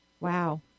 Wow